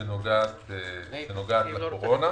לפי התקציב הנוכחי היא קרובה ל-500 מיליארד